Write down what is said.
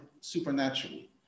supernaturally